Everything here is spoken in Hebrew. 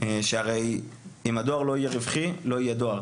שהרי אם הדואר לא יהיה רווחי, לא יהיה דואר